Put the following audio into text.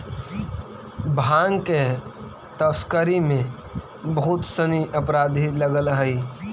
भाँग के तस्करी में बहुत सनि अपराधी लगल हइ